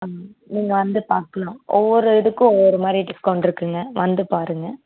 ம் நீங்கள் வந்து பார்க்கலாம் ஒவ்வொரு இதுக்கு ஒவ்வொரு மாதிரி டிஸ்கவுண்ட் இருக்குதுங்க வந்து பாருங்க